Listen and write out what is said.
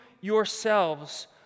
yourselves